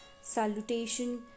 salutation